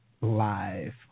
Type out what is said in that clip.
live